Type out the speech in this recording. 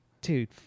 Dude